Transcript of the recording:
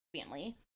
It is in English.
family